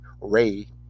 ray